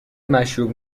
مشروب